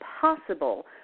possible